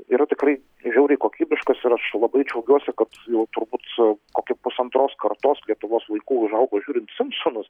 yra tikrai žiauriai kokybiškas ir aš labai džiaugiuosi kad jau turbūt su kokiu pusantros kartos lietuvos vaikų užaugo žiūrint simpsonus